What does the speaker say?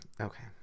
Okay